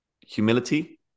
humility